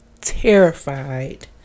terrified